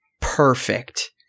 perfect